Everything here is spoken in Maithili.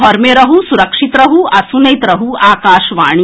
घर मे रहू सुरक्षित रहू आ सुनैत रहू आकाशवाणी